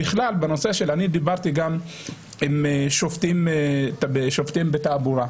דיברתי גם עם שופטי תעבורה,